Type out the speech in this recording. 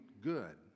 good